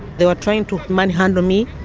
they were trying to manhandle me.